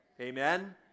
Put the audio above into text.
amen